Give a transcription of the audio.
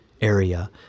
area